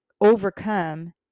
overcome